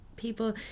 people